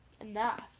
enough